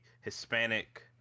Hispanic